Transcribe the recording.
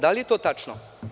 Da li je to tačno?